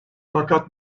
fakat